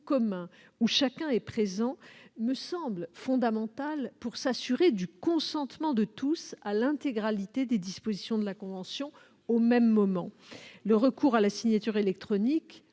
commun, où chacun est présent, me semble fondamental pour s'assurer du consentement de tous, au même moment, à l'intégralité des dispositions de la convention. Le recours à la signature électronique